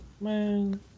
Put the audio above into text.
Man